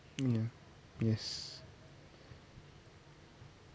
mm yes